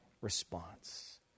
response